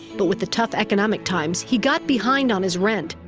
but with the tough economic times, he got behind on his rent.